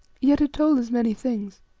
yet it told us many things.